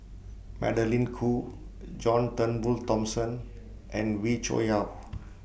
Magdalene Khoo John Turnbull Thomson and Wee Cho Yaw